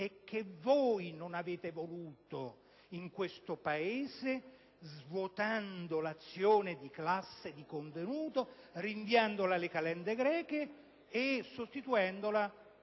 che voi non avete voluto in questo Paese, svuotando l'azione di classe di contenuto, rinviandola alle calende greche e sostituendola